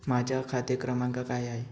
माझा खाते क्रमांक काय आहे?